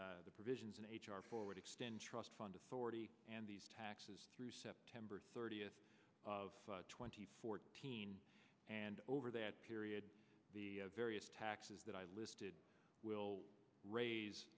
the provisions in h r forward extend trust fund authority and these taxes through september thirtieth of twenty fourteen and over that period the various taxes that i listed will raise